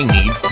Need